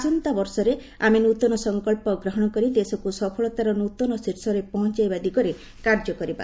ଆସନ୍ତାବର୍ଷରେ ଆମେ ନୃତନ ସଂକଳ୍ପ ଗ୍ରହଣ କରି ଦେଶକୁ ସଫଳତାର ନୃତନ ଶୀର୍ଷରେ ପହଞ୍ଚାଇବା ଦିଗରେ କାର୍ଯ୍ୟ କରିବା